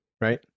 right